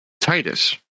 Titus